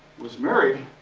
was married